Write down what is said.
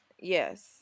Yes